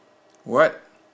what